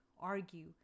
argue